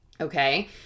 Okay